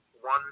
One